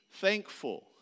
thankful